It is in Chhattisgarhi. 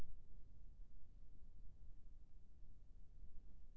आलू कि जादा उपज के का क्या उपयोग म लाए?